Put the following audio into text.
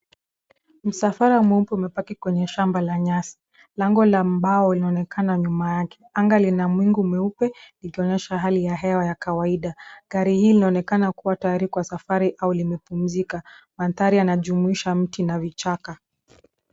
Msafara mweupe umepaki kwenye shamba la nyasi. Lango la mbao linaonekana nyuma yake. Anga lina mwingu mweupe likionyesha hali ya hewa ya kawaida. Gari hili linaonekana kuwa tayari kwa safiri au limepumzika. Mandhari yanajumuisha mti na vichaka.